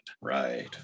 Right